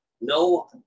no